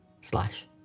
slash